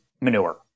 manure